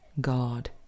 God